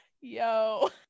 Yo